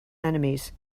enemies